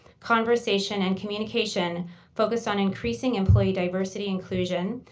conversation, and communication focused on increasing employee diversity inclusion,